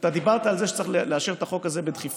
אתה דיברת על זה שצריך לאשר את החוק הזה בדחיפות.